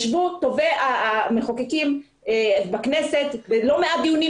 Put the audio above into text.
ישבו טובי המחוקקים בכנסת בלא מעט דיונים,